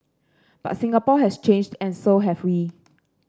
but Singapore has changed and so have we